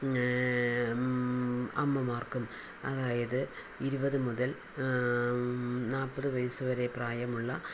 അമ്മമാർക്കും അതായത് ഇരുപത് മുതൽ നാൽപ്പത് വയസ്സ് വരെ പ്രായമുള്ള